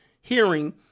hearing